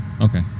Okay